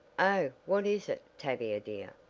oh, what is it, tavia dear?